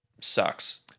sucks